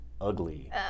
ugly